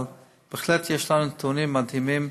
אבל בהחלט יש לנו נתונים מדהימים,